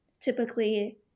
typically